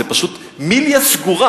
זה פשוט מיליה סגור.